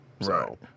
Right